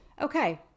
okay